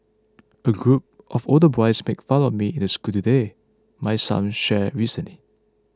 a group of older boys make fun of me in the school today my son shared recently